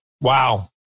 Wow